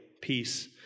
peace